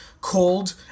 called